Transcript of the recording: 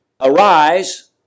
arise